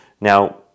Now